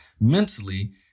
mentally